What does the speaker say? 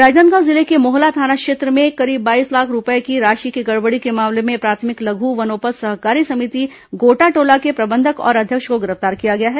राजनांदगांव जिले के मोहला थाना क्षेत्र में करीब बाईस लाख रूपए की राशि के गड़बड़ी के मामले में प्राथमिक लघ् वनोपज सहकारी समिति गोटाटोला के प्रबंधक और अध्यक्ष को गिरफ्तार किया गया है